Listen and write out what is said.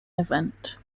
event